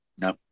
No